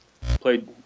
played